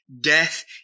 death